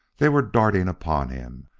they were darting upon him,